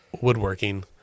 woodworking